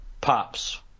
pops